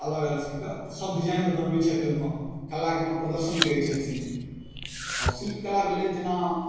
अलग अलग चीजके सब डिजाइनके बनबै छथि ओहिमे कलाके अपन प्रदर्शन करै छथिन आओर शिल्पकला भेलै जेना